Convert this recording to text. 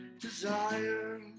desire